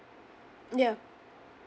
ya